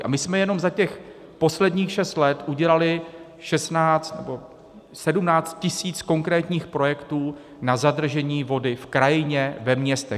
A my jsme jenom za těch posledních šest let udělali 16 nebo 17 tisíc konkrétních projektů na zadržení vody v krajině ve městech.